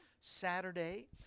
Saturday